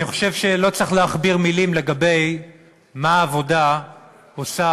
אני חושב שלא צריך להכביר מילים לגבי מה העבודה עושה